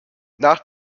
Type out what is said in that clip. nach